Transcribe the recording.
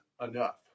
enough